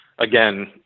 Again